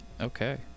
okay